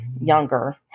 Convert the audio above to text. younger